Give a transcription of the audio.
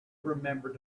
remember